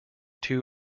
two